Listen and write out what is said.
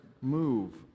move